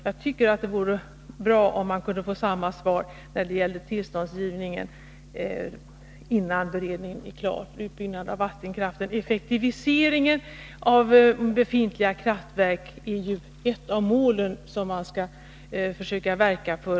Jag tycker att det vore bra om man kunde få samma svar när det gäller tillståndsgivningen för utbyggnad av vattenkraften. Effektiviseringen av befintliga kraftverk är ju ett av de mål som beredningen skall försöka verka för.